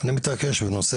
אני מתעקש ונוסע,